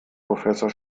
professor